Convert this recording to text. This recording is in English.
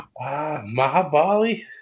Mahabali